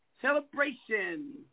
celebration